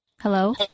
Hello